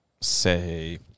say